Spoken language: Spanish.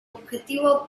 objetivo